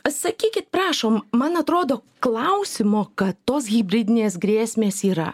sakykit prašom man atrodo klausimo kad tos hibridinės grėsmės yra